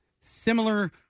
similar